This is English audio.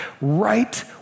right